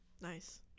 Nice